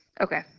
Okay